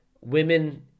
women